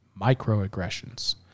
Microaggressions